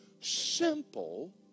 simple